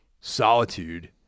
Solitude